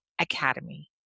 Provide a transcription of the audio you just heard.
Academy